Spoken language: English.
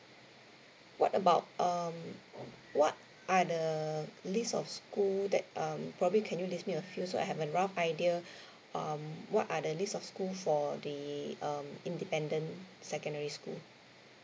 what about um what are the list of school that um probably can you list me a few so I have a rough idea um what are the list of schools for the um independent secondary school